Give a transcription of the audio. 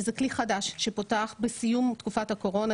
שזה כלי חדש שפותח בסיום תקופת הקורונה,